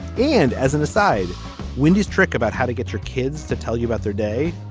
and as an aside wendy's trick about how to get your kids to tell you about their day.